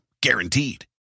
Guaranteed